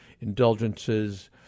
indulgences